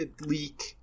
leak